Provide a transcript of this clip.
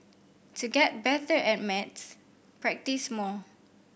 to get better at maths practise more